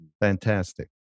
fantastic